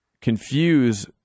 confuse